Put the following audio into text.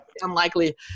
unlikely